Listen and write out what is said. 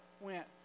went